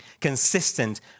consistent